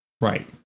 Right